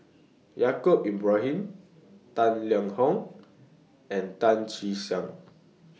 Yaacob Ibrahim Tang Liang Hong and Tan Che Sang